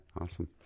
awesome